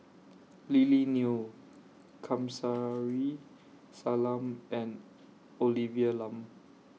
Lily Neo Kamsari Salam and Olivia Lum